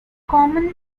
commonly